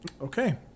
okay